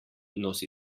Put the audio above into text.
nosi